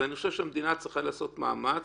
אני חושב שהמדינה צריכה לעשות מאמץ